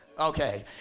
Okay